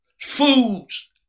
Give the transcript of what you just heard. foods